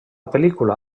pel·lícula